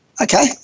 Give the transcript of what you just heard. Okay